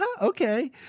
Okay